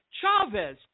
Chavez